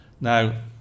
Now